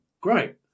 Great